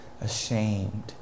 ashamed